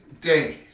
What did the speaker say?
days